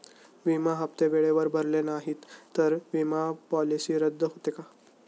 विमा हप्ते वेळेवर भरले नाहीत, तर विमा पॉलिसी रद्द होते का?